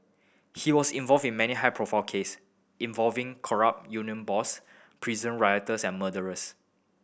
he was involved in many high profile case involving corrupt union boss prison rioters and murderers